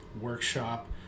workshop